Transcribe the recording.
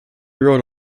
wrote